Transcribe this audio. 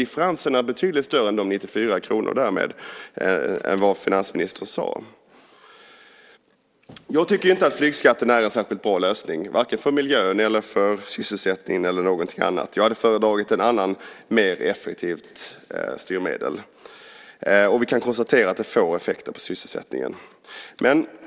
Differenserna är därmed betydligt större än 94 kr och än vad finansministern sade. Jag tycker inte att flygskatten är en särskilt bra lösning, vare sig för miljön eller för sysselsättningen eller någonting annat. Jag hade föredragit ett annat, mer effektivt styrmedel. Vi kan konstatera att det får effekter på sysselsättningen.